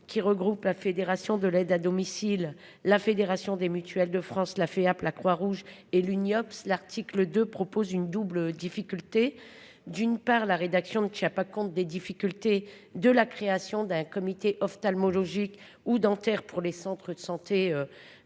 qui regroupe la Fédération de l'aide à domicile. La Fédération des Mutuelles de France, la FEHAP, la Croix-Rouge et l'Uniopss, l'article 2 propose une double difficulté, d'une part, la rédaction ne tient pas compte des difficultés de la création d'un comité ophtalmologique ou dentaires pour les centres de santé.